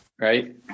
right